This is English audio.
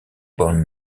bone